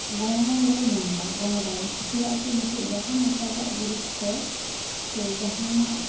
ᱜᱚᱲᱚᱞᱮ ᱧᱟᱢᱮᱫᱟ ᱜᱚᱲᱚ ᱫᱟᱲᱮ ᱪᱮᱫᱟᱜ ᱮᱱᱛᱮᱫ ᱱᱤᱛᱚᱜ ᱡᱟᱦᱟᱱ ᱮᱴᱟᱜᱟᱜ ᱠᱷᱚᱡ ᱥᱮ ᱡᱟᱦᱟᱱᱟᱜ